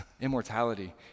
immortality